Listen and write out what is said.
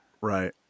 Right